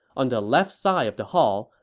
on the left side of the hall,